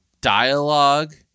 dialogue